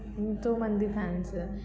ఎంతోమంది ఫాన్స్